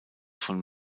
von